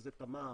שזה תמר,